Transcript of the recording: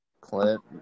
Clint